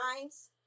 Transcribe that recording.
times